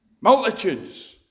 Multitudes